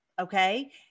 okay